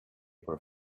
were